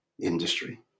industry